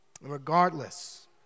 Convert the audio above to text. Regardless